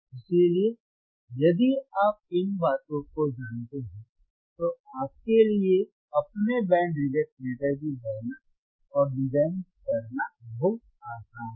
इसलिए यदि आप इन बातों को जानते हैं तो आपके लिए अपने बैंड रिजेक्ट फिल्टर की गणना और डिजाइन करना बहुत आसान है